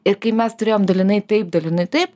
ir kai mes turėjom dalinai taip dalinai taip